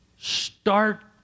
start